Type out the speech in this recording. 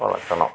வளர்க்கணும்